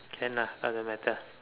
can lah doesn't matter